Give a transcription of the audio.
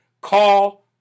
Call